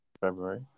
february